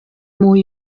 more